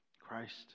christ